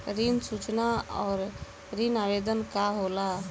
ऋण सूचना और ऋण आवेदन का होला?